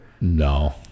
No